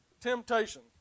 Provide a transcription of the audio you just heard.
temptation